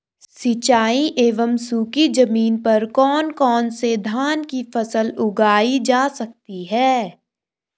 सिंचाई एवं सूखी जमीन पर कौन कौन से धान की फसल उगाई जा सकती है?